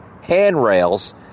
handrails